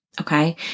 okay